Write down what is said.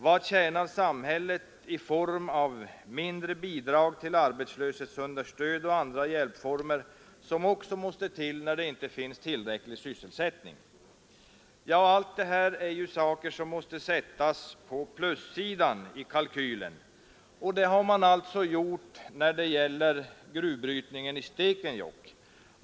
Vad tjänar samhället i form av mindre bidrag till arbetslöshetsunderstöd och andra hjälpformer, som också måste till när det inte finns tillräcklig sysselsättning? Allt detta är saker som måste sättas på plussidan i kalkylen, och det har man också gjort när det gäller gruvbrytningen i Stekenjokk.